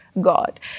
God